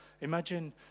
Imagine